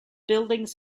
buildings